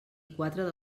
quatre